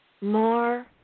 more